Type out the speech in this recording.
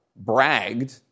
bragged